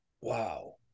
Wow